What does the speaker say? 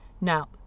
Now